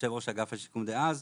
יושב ראש אגף השיקום דאז,